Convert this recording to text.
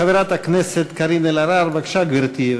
חברת הכנסת קארין אלהרר, בבקשה, גברתי.